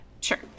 sure